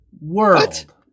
world